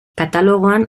katalogoan